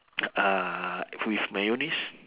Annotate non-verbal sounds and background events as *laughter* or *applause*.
*noise* uh with mayonnaise